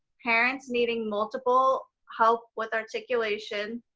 parents needing multiple help with articulation,